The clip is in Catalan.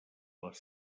les